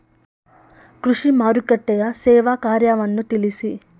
ಕೃಷಿ ಮಾರುಕಟ್ಟೆಯ ಸೇವಾ ಕಾರ್ಯವನ್ನು ತಿಳಿಸಿ?